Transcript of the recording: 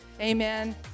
Amen